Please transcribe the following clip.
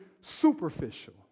superficial